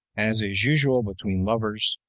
as is usual between lovers,